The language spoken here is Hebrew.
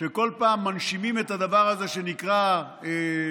שכל פעם מנשימים את הדבר הזה שנקרא שח"ם,